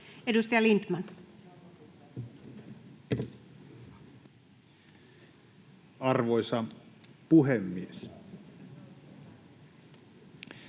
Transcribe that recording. Edustaja Lindtman. Arvoisa puhemies!